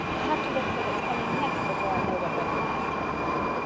i have to look for what's coming next before i know what went last he complained.